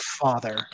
father